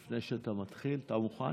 התשפ"א 2021, לקריאה ראשונה.